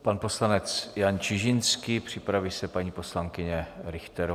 Pan poslanec Jan Čižinský, připraví se paní poslankyně Richterová.